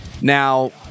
Now